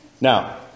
Now